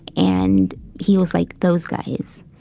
and he was like, those guys.